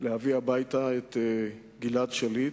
להביא הביתה את גלעד שליט,